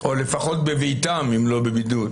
או לפחות בביתם, אם לא בבידוד?